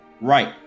right